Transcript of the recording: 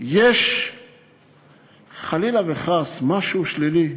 יש חלילה וחס משהו שלילי.